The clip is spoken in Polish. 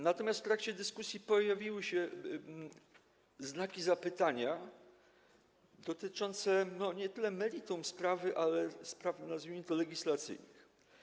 Natomiast w trakcie dyskusji pojawiły się znaki zapytania dotyczące nie tyle meritum sprawy, ile spraw, nazwijmy to, legislacyjnych.